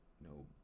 no